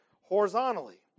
horizontally